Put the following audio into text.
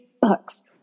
bucks